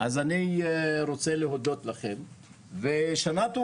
אני מתכבדת ושמחה לפתוח את ועדת חינוך ואת הדיון בנושא